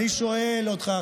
אני שואל אותך,